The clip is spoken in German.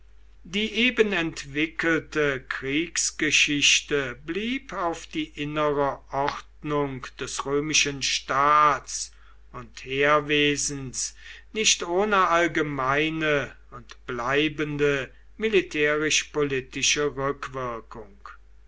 die eben entwickelte kriegsgeschichte blieb auf die innere ordnung des römischen staats und heerwesens nicht ohne allgemeine und bleibende militärisch politische